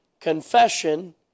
confession